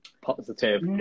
Positive